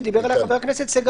שדיבר עליה ח"כ סגלוביץ',